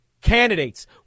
candidates